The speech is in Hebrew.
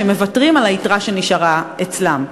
שמוותרים על היתרה שנשארה אצלם.